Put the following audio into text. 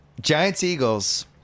Giants-Eagles